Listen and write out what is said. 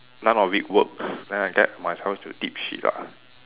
none of it worked then I get myself into deep shit ah